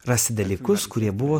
rasi dalykus kurie buvo